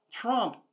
Trump